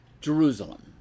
Jerusalem